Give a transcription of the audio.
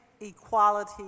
equality